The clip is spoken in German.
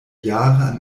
jahre